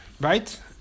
right